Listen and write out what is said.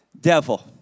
devil